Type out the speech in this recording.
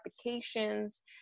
applications